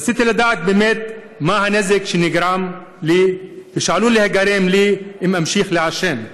רציתי לדעת באמת מה הנזק שנגרם לי ושעלול להיגרם לי אם אמשיך לעשן.